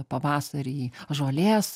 pavasarį žolės